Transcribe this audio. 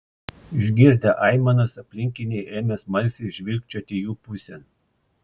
išgirdę aimanas aplinkiniai ėmė smalsiai žvilgčioti jų pusėn